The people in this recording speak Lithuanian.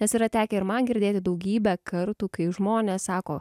nes yra tekę ir man girdėti daugybę kartų kai žmonės sako